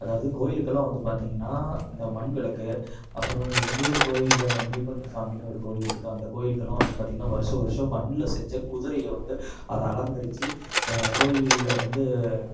அதாவது கோயிலுக்கெல்லாம் வந்து பார்த்திங்கனா இந்த மண் விளக்கு அப்புறம் எங்கூர் கோயிலில் இந்த முனியப்பன் சாமின்னு ஒரு கோயில் இருக்குது அந்த கோயிலுக்கெல்லாம் வந்து பார்த்திங்கனா வருஷம் வருஷம் மண்ணில் செஞ்ச குதிரையை வந்து அதை அலங்கரித்து கோயிலில் வந்து